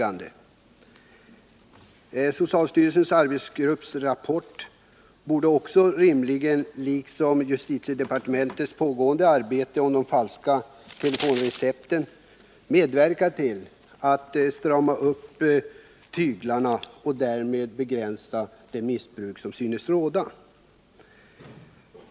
Rapporten från socialstyrelsens arbetsgrupp liksom justitiedepartementets pågående arbete med de falska telefonrecepten borde rimligen också medverka till att strama åt tyglarna och därmed begränsa det missbruk som synes råda.